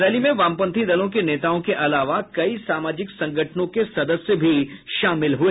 rally में वामपंथी दलों के नेताओं के अलावा कई सामजिक संगठनों के सदस्य भी शामिल हुए